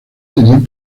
tenían